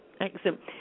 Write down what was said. Excellent